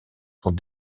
sont